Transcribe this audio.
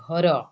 ଘର